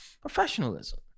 professionalism